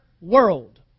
world